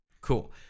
Cool